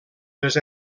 les